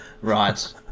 right